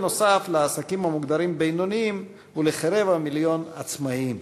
בנוסף לעסקים המוגדרים בינוניים ולכרבע מיליון עצמאים.